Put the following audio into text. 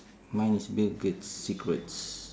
mine is bill gate's secrets